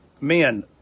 men